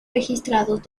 registrados